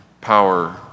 Power